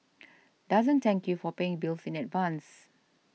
doesn't thank you for paying bills in advance